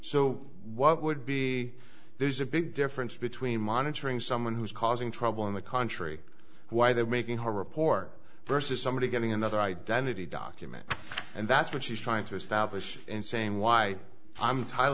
so what would be there's a big difference between monitoring someone who's causing trouble in the country why they're making her report versus somebody getting another identity document and that's what she's trying to establish and saying why i'm title